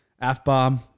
f-bomb